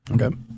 Okay